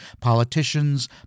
politicians